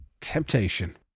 temptation